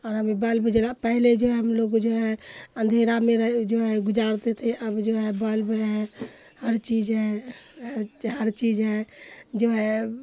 اور ابھی بلب جلا پہلے جو ہے ہم لوگ جو ہے اندھیرا میں رہ جو ہے گزارتے تھے اب جو ہے بلب ہے ہر چیز ہے ہر چیز ہے جو ہے